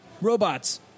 Robots